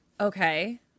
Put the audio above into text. okay